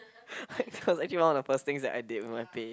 it's actually one of the first things I did with my pay